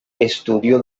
estudió